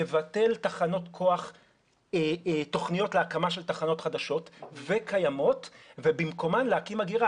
לבטל תוכניות להקמה של תחנות חדשות וקיימות ובמקומן להקים אגירה.